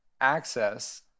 access